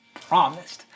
promised